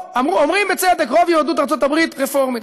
אומרים, בצדק, שרוב יהדות ארצות הברית רפורמית.